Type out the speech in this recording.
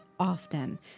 Often